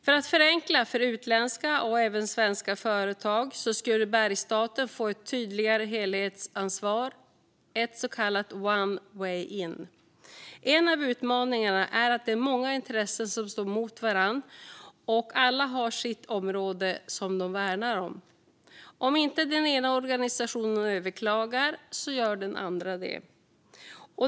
För att förenkla för utländska och även svenska företag skulle Bergsstaten kunna få ett tydligare helhetsansvar genom en så kallad one-stop shop-funktion. En av utmaningarna är att det är många intressen som står mot varandra, och alla har sitt område som de värnar om. Om inte den ena organisationen överklagar gör den andra det.